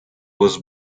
was